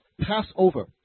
Passover